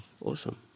Awesome